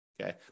okay